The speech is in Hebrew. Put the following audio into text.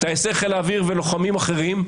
טייסי חיל האוויר ולוחמים אחרים,